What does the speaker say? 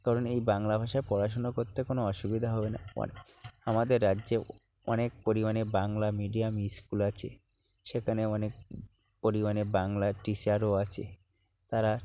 কারণ এই বাংলা ভাষায় পড়াশোনা করতে কোনো অসুবিধা হবে না এবং আমাদের রাজ্যে অনেক পরিমাণে বাংলা মিডিয়াম স্কুল আছে সেখানে অনেক পরিমাণে বাংলার টিচারও আছে তারা